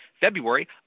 February